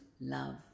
love